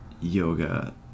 yoga